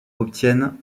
obtiennent